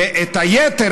ואת היתר,